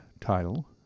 title